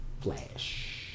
Flash